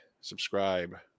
subscribe